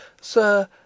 Sir